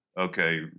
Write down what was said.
okay